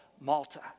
Malta